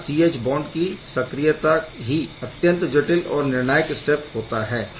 यहाँ C H bond की सक्रियता ही अत्यंत जटिल और निर्णायक स्टेप होता है